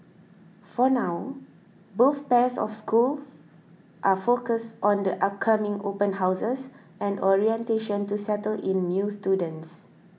for now both pairs of schools are focused on the upcoming open houses and orientation to settle in new students